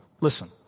listen